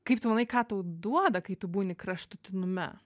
kaip tu manai ką tau duoda kai tu būni kraštutinume